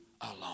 alone